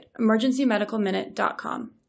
emergencymedicalminute.com